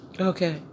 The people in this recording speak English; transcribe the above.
Okay